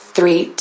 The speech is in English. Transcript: Three